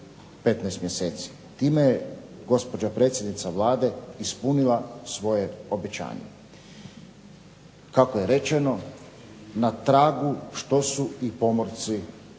15 mjeseci. Time je gospođa predsjednica Vlade ispunila svoje obećanje. Kako je rečeno na tragu što je i Pomorski